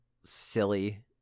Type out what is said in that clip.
Silly